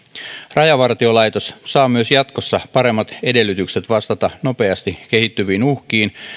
rajavartiolaitos saa jatkossa myös paremmat edellytykset vastata nopeasti kehittyviin uhkiin